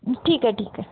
ठीक आहे ठीक आहे